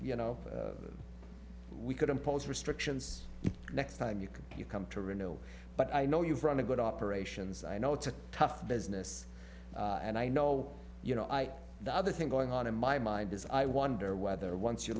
you know we could impose restrictions next time you can you come to renew but i know you've run a good operations i know it's a tough business and i know you know i the other thing going on in my mind is i wonder whether once you